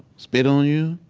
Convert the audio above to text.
spit on you,